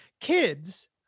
kids